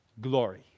Glory